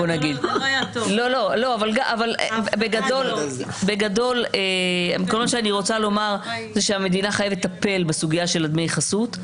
כל מה שאני רוצה לומר זה שהמדינה חייבת לטפל בסוגיה של דמי החסות.